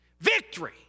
victory